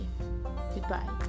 Goodbye